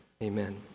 Amen